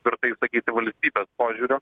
tvirtai sakyti valstybės požiūriu